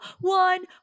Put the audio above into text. one